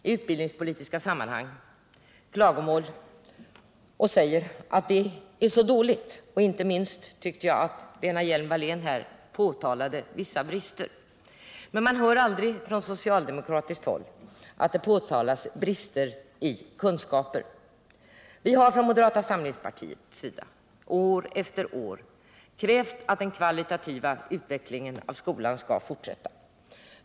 I utbildningspolitiska sammanhang hör man ofta klagomål. Inte minst tyckte jag att Lena Hjelm-Wallén här påtalade vissa brister. Men man hör aldrig att det från socialdemokratiskt håll påtalas brister i kunskaperna. Vi har från moderata samlingspartiets sida år efter år krävt att den kvalitativa utvecklingen av skolan skall fortsätta.